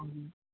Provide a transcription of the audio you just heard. अनि